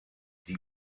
die